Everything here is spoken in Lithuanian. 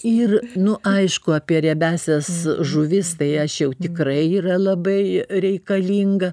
ir nu aišku apie riebiąsias žuvis tai aš jau tikrai yra labai reikalinga